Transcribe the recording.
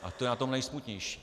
A to je na tom nejsmutnější.